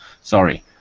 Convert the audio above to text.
Sorry